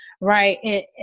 right